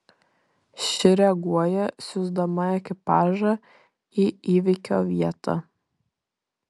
ši reaguoja siųsdama ekipažą į įvykio vietą